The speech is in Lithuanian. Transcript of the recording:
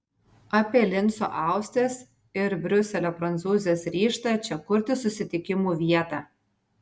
apie linco austrės ir briuselio prancūzės ryžtą čia kurti susitikimų vietą